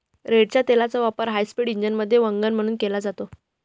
रेडच्या तेलाचा वापर हायस्पीड इंजिनमध्ये वंगण म्हणून केला जातो